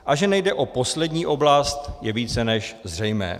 A že nejde o poslední oblast, je více než zřejmé.